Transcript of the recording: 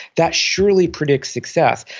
that surely predicts success,